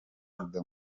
perezida